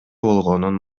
болгонун